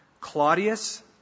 Claudius